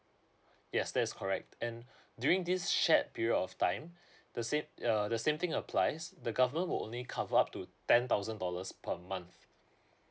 yes that is correct and during this shared period of time the same uh the same thing applies the government will only cover up to ten thousand dollars per month